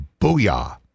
Booyah